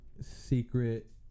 secret